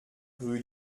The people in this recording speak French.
rue